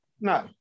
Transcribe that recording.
No